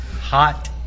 Hot